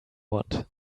want